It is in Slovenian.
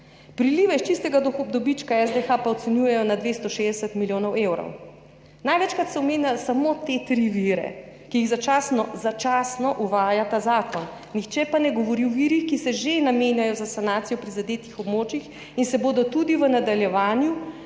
Prilive iz čistega dobička SDH pa ocenjujejo na 260 milijonov evrov. Največkrat se omenja samo te tri vire, ki jih začasno uvaja ta zakon, nihče pa ne govori o virih, ki se že namenjajo za sanacijo prizadetih območij in se bodo tudi v nadaljevanju,